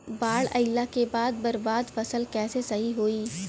बाढ़ आइला के बाद बर्बाद फसल कैसे सही होयी?